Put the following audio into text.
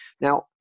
now